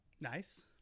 Nice